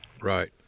Right